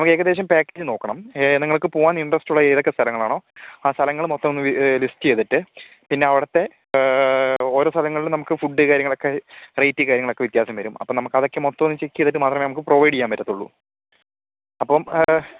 നമുക്കേകദേശം package നോക്കണം നിങ്ങൾക്ക് പോകാൻ ഇൻ്ററസ്റ്റുള്ള ഏതൊക്കെ സ്ഥലങ്ങളാണോ ആ സ്ഥലങ്ങൾ മൊത്തമൊന്ന് ലിസ്റ്റ് ചെയ്തിട്ട് പിന്നവിടത്തെ ഓരോ സ്ഥലങ്ങളിലും നമുക്ക് ഫുഡ്ഡ് കാര്യങ്ങളൊക്കെ റേറ്റ് കാര്യങ്ങളൊക്കെ വ്യത്യാസം വരും അപ്പം നമുക്ക് അതൊക്കെ മൊത്തം ഒന്ന് ചെക്ക് ചെയ്തിട്ട് മാത്രമേ നമുക്ക് പ്രൊവൈഡ് ചെയ്യാൻ പറ്റത്തുള്ളു അപ്പം